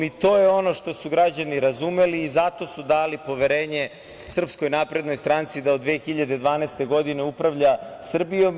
I to je ono što su građani razumeli i zato su dali poverenje SNS da od 2012. godine upravlja Srbijom.